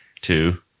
two